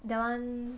that one